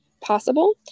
possible